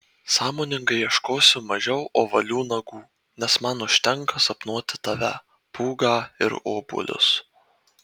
sąmoningai ieškosiu mažiau ovalių nagų nes man užtenka sapnuoti tave pūgą ir obuolius